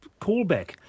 callback